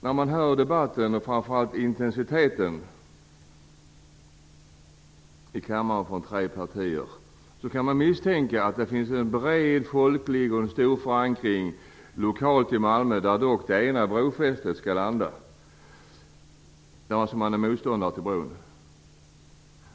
När man hör debatten, och framför allt intensiteten i den, kan man misstänka att det finns bred, folklig och stor förankring kring detta lokalt i Malmö, där det ena brofästet dock skall landa. Att man alltså skulle vara motståndare till bron.